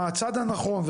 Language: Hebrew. מה הצד הנכון,